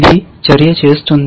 ఇది చర్య చేస్తుంది